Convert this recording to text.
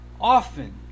often